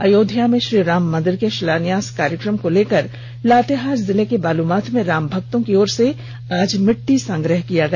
अयोध्या में श्रीराम मंदिर के शिलान्यास कार्यक्रम को लेकर लातेहार जिले के बालूमाथ में राम भक्तों की ओर से आज मिट्टी संग्रह किया गया